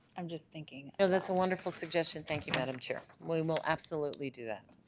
i'm just thinking oh, that's a wonderful suggestion. thank you. madam chair. we will absolutely do that